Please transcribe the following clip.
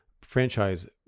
franchise